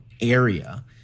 area